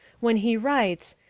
when he writes,